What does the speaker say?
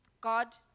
God